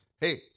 Hey